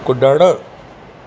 कुॾणु